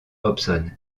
hobson